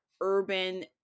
urban